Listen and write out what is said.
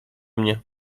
mnie